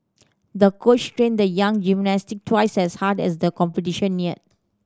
the coach trained the young gymnast twice as hard as the competition neared